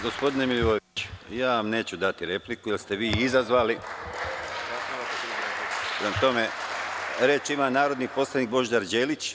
Gospodine Milivojeviću, ja vam neću dati repliku jer ste vi izazvali, prema tome, reč ima narodni poslanik Božidar Đelić.